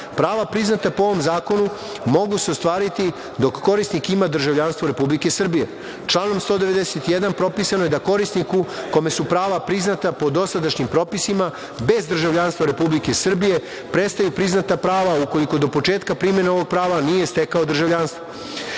Prava priznata po ovom zakonu mogu se ostvariti dok korisnik ima državljanstvo Republike Srbije. Članom 191. propisano je da korisniku kome su prava priznata po dosadašnjim propisima bez državljanstva Republike Srbije prestaju priznata prava ukoliko do početka primene ovog prava nije stekao državljanstvo. Članom